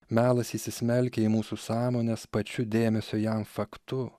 melas įsismelkia į mūsų sąmonės pačiu dėmesio jam faktu